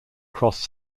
cross